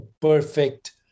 perfect